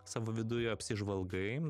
savo viduje apsižvalgai